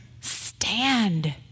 Stand